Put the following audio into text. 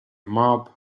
mob